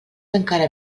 encara